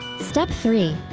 step three.